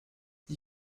die